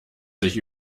sich